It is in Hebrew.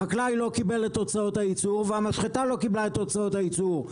החקלאי לא קיבל את הוצאות הייצור והמשחטה לא קיבלה את הוצאות הייצור.